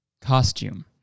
Costume